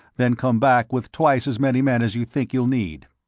then come back with twice as many men as you think you'll need.